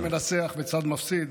לא יהיה צד מנצח וצד מפסיד.